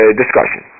discussion